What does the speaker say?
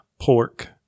pork